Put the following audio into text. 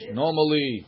normally